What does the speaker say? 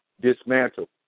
dismantle